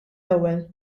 ewwel